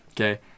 Okay